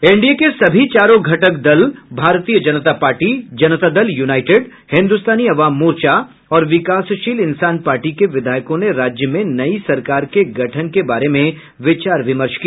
NDA के सभी चारों घटक दल भारतीय जनता पार्टी जनता दल यूनाइटेड हिन्दुस्तानी अवाम मोर्चा और विकासशील इंसान पार्टी के विधायकों ने राज्य में नई सरकार के गठन के बारे में विचार विमर्श किया